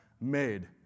made